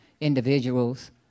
individuals